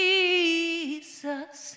Jesus